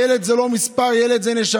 ילד זה לא מספר, ילד זה נשמה.